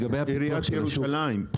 עיריית ירושלים,